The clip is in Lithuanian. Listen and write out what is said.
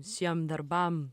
visiem darbam